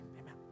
Amen